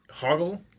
Hoggle